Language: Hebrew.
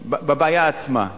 בבעיה עצמה.